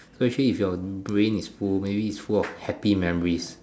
so actually if your brain is full maybe it's full of happy memories